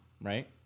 right